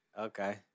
Okay